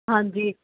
ਹਾਂਜੀ